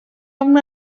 una